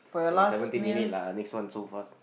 eh seventeen minute lah next one so fast